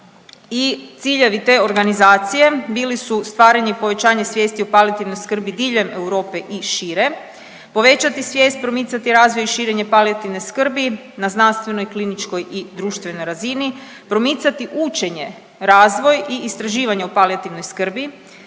i ciljevi te organizacije bili su stvaranje i povećanje svijesti o palijativnoj skrbi diljem Europe i šire. Povećati svijest, promicati razvoj i širenje palijativne skrbi na znanstvenoj, kliničkoj i društvenoj razini, promicati učenje, razvoj i istraživanje u palijativnoj skrbi,